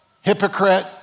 hypocrite